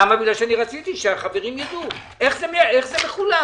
רציתי שהחברים יידעו איך זה מחולק,